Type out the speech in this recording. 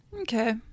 Okay